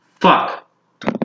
Fuck